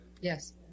Yes